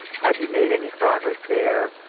have you made any progress there?